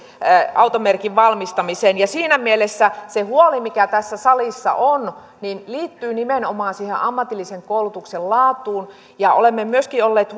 automerkin valmistamiseen ja siinä mielessä se huoli mikä tässä salissa on liittyy nimenomaan siihen ammatillisen koulutuksen laatuun ja olemme olleet